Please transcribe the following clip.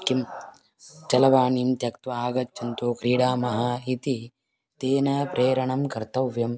किं चलवाणीं त्यक्त्वा आगच्छन्तु क्रीडामः इति तेन प्रेरणं कर्तव्यम्